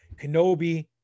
Kenobi